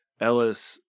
Ellis